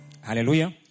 Hallelujah